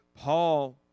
Paul